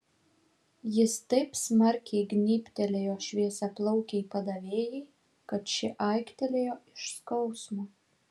jis taip smarkiai gnybtelėjo šviesiaplaukei padavėjai kad ši aiktelėjo iš skausmo